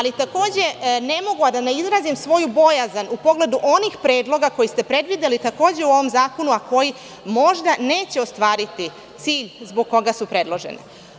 Takođe, ne mogu a da ne izrazim svoju bojazan u pogledu onih predloga koje ste predvideli takođe u ovom zakonu, a koji možda neće ostvariti cilj zbog koga su predloženi.